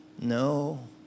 no